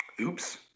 Oops